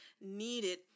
needed